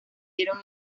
dieron